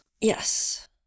Yes